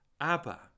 Abba